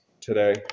today